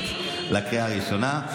להכנתה לקריאה ראשונה.